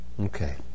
Okay